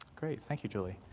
great. thank you, julie.